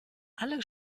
alle